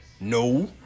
No